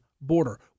border